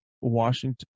Washington